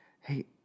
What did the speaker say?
hey